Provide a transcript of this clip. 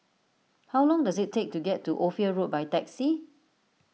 how long does it take to get to Ophir Road by taxi